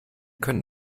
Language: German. können